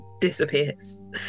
disappears